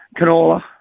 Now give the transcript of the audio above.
canola